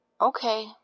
Okay